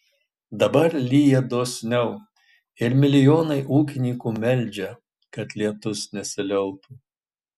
dabar lyja dosniau ir milijonai ūkininkų meldžia kad lietus nesiliautų